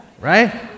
Right